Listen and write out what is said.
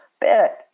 bit